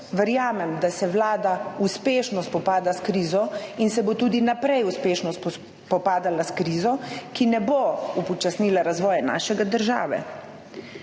Verjamem, da se Vlada uspešno spopada s krizo in se bo tudi naprej uspešno spopadala s krizo, ki ne bo upočasnila razvoja naše države.